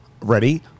ready